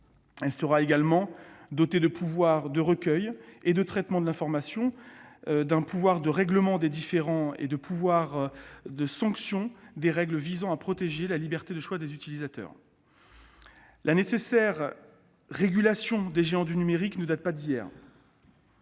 Elle sera également dotée de pouvoirs de recueil et de traitement de l'information, d'un pouvoir de règlement des différends et d'un pouvoir de sanction des règles visant à protéger la liberté de choix des utilisateurs. La nécessaire régulation des géants du numérique ne date pas d'hier.